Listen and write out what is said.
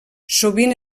sovint